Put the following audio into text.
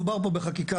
מדובר בחקיקה,